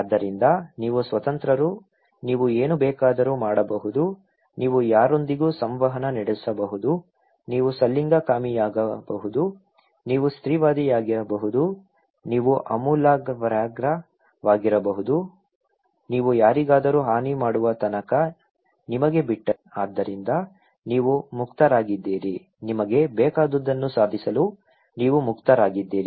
ಆದ್ದರಿಂದ ನೀವು ಸ್ವತಂತ್ರರು ನೀವು ಏನು ಬೇಕಾದರೂ ಮಾಡಬಹುದು ನೀವು ಯಾರೊಂದಿಗೂ ಸಂವಹನ ನಡೆಸಬಹುದು ನೀವು ಸಲಿಂಗಕಾಮಿಯಾಗಬಹುದು ನೀವು ಸ್ತ್ರೀವಾದಿಯಾಗಬಹುದು ನೀವು ಆಮೂಲಾಗ್ರವಾಗಿರಬಹುದು ನೀವು ಯಾರಿಗಾದರೂ ಹಾನಿ ಮಾಡುವ ತನಕ ನಿಮಗೆ ಬಿಟ್ಟದ್ದು ಆದ್ದರಿಂದ ನೀವು ಮುಕ್ತರಾಗಿದ್ದೀರಿ ನಿಮಗೆ ಬೇಕಾದುದನ್ನು ಸಾಧಿಸಲು ನೀವು ಮುಕ್ತರಾಗಿದ್ದೀರಿ